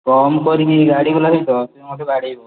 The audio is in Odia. କମ୍ କରିବି ଗାଡ଼ି ଵାଲା ସହିତ ସେ ମୋତେ ବାଡ଼େଇବ